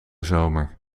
zomer